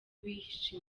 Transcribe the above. bihishe